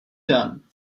done